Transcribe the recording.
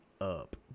up